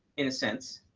in a sense.